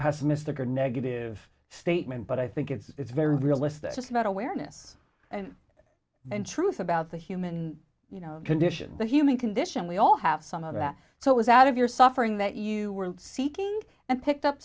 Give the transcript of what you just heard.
pessimistic or negative statement but i think it's very realistic about awareness and and truth about the human you know condition the human condition we all have some of that so it was out of your suffering that you were seeking and picked